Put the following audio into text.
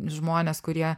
žmones kurie